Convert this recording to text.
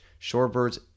shorebirds